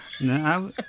No